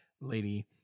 lady